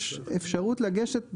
יש אפשרות לגשת בערר.